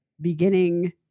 beginning